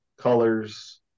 Colors